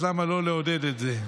אז למה לא לעודד את זה?